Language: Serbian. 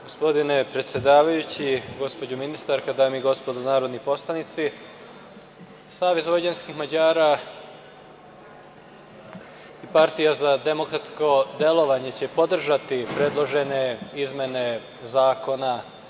Gospodine predsedavajući, gospođo ministarska, dame i gospodo narodni poslanici, Savez vojvođanskih Mađara i Partija za demokratsko delovanje će podržati predložene izmene zakona.